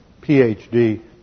PhD